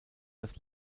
das